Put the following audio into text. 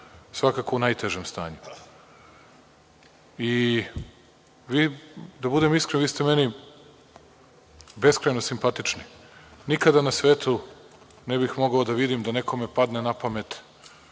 svakako u najtežem stanju. Da budem iskren, vi ste meni beskrajno simpatični. Nikada ne svetu ne bih mogao da vidim da nekome padne na pamet